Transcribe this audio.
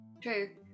true